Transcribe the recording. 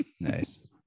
nice